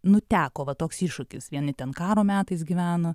nu teko va toks iššūkis vieni ten karo metais gyveno